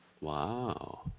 Wow